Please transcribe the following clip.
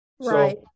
Right